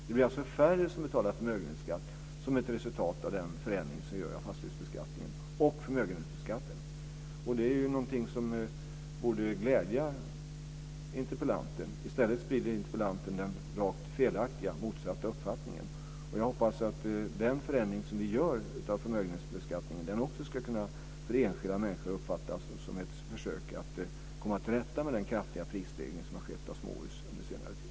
Detta blir ett resultat av den förändring som görs av fastighetsbeskattningen och förmögenhetsskatten. Detta borde glädja interpellanten, men i stället sprider hon den rakt motsatta, felaktiga uppfattningen. Jag hoppas att den förändring som vi gör av förmögenhetsbeskattningen av enskilda människor ska kunna uppfattas som ett försök att komma till rätta med den kraftiga prisstegring på småhus som har skett under senare tid.